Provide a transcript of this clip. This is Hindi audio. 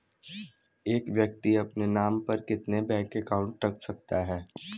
एक व्यक्ति अपने नाम पर कितने बैंक अकाउंट रख सकता है?